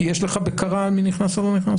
יש לך בקרה על מי נכנס או לא נכנס?